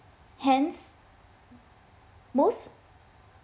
hence most